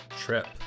trip